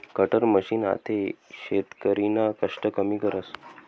cutter machine आते शेतकरीना कष्ट कमी करस